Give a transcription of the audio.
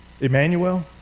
Emmanuel